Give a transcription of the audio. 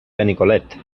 benicolet